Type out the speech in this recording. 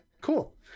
cool